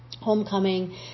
Homecoming